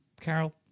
Carol